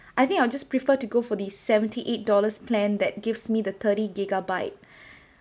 I think I'll just prefer to go for the seventy-eight dollars plan that gives me the thirty gigabyte